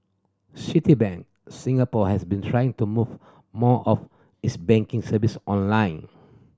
Citibank Singapore has been trying to move more of its banking service online